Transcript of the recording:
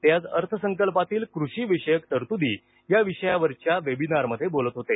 ते आज अर्थसंकल्पातील कृषीविषयक तरतूदी या विषयावरील वेबिनारमध्ये बोलत होते